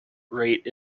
rate